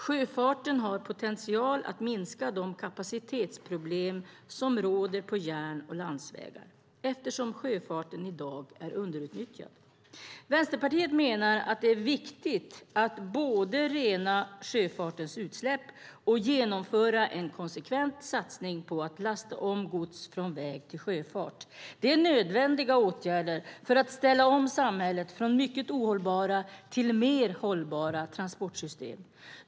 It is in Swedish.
Sjöfarten har potential att minska de kapacitetsproblem som råder på järnvägar och landsvägar, eftersom sjöfarten i dag är underutnyttjad. Vänsterpartiet menar att det är viktigt att både rena sjöfartens utsläpp och genomföra en konsekvent satsning på att lasta om gods från väg till sjöfart. Det är nödvändiga åtgärder för att ställa om samhället från mycket ohållbara till mer hållbara transportsystem.